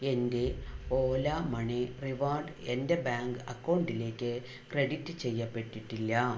എൻ്റെ Ola money reward എൻ്റെ bank അക്കൗണ്ടിലേക്ക് ക്രെഡിറ്റ് ചെയ്യപ്പെട്ടിട്ടില്ല